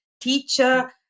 teacher